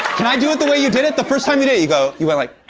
can i do it the way you did it? the first time you did it you go you went like,